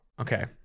Okay